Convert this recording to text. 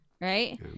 right